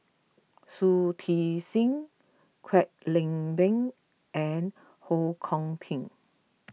Shui Tit Sing Kwek Leng Beng and Ho Kwon Ping